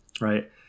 right